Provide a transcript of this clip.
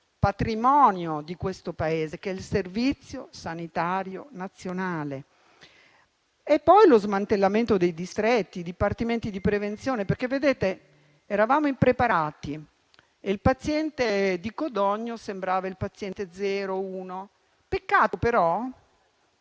patrimonio di questo Paese che è il Servizio sanitario nazionale. E poi c'è lo smantellamento dei distretti, dei dipartimenti di prevenzione, perché eravamo impreparati e il paziente di Codogno sembrava il paziente 0 o 1. Peccato però